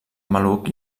maluc